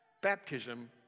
baptism